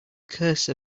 cursor